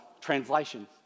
translation